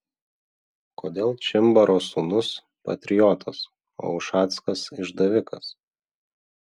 kodėl čimbaro sūnus patriotas o ušackas išdavikas